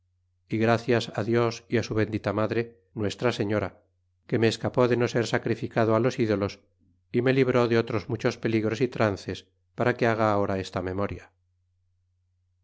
y gracias dios y su bendita madre nuestra seüora que me escapó de no ser sacrificado los ídolos y me libró de otros muchos peligros y trances para que haga ahora esta memoria